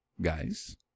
guys